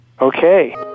Okay